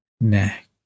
neck